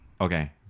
Okay